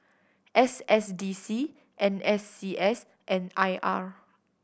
S S D C N S C S and I R